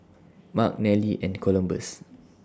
Mark Nelly and Columbus